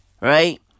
right